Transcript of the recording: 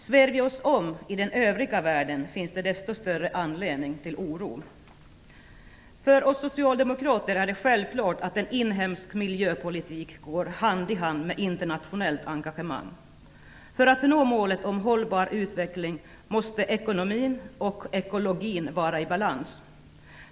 Ser vi oss om i den övriga världen finns det desto större anledning till oro. För oss socialdemokrater är det självklart att en inhemsk miljöpolitik går hand i hand med ett internationellt engagemang. För att nå målet om en hållbar utveckling måste ekonomin och ekologin vara i balans.